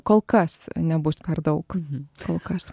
kol kas nebus per daug kol kas